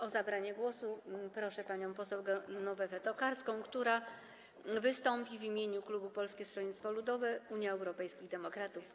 O zabranie głosu proszę panią poseł Genowefę Tokarską, która wystąpi w imieniu klubu Polskiego Stronnictwa Ludowego - Unii Europejskich Demokratów.